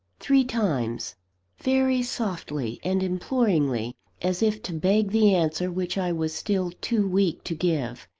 three times very softly and imploringly, as if to beg the answer which i was still too weak to give.